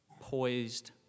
poised